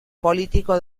político